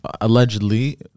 allegedly